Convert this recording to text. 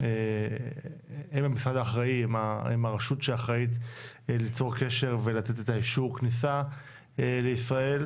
שהם הרשות שאחראית ליצור קשר ולתת את אישור הכניסה לישראל.